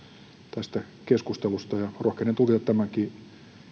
tästä keskustelusta ja rohkenen tulkita tämänkin